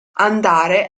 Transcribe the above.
andare